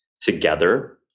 together